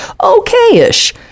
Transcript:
okay-ish